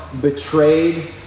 betrayed